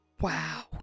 wow